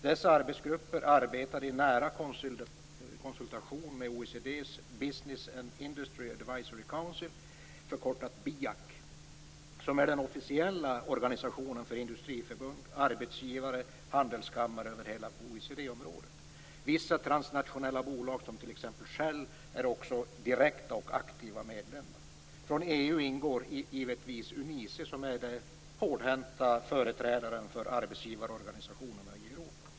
Dessa arbetsgrupper arbetade i nära konsultation med OECD:s Business and Industry Advisory Committee, BIAC, som är den officiella organisationen för industriförbund, arbetsgivare och handelskammare över hela OECD-området. Vissa transnationella bolag som t.ex. Shell är också direkta och aktiva medlemmar. Från EU ingår givetvis UNICE, som är den hårdhänta företrädaren för arbetsgivarorganisationerna i Europa.